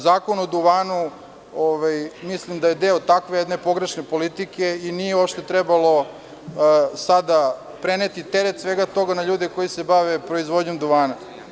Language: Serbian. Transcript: Zakon o duvanu mislim da je deo takve jedne pogrešne politike i nije uopšte trebalo sada preneti teret svega toga na ljude koji se bave proizvodnjom duvana.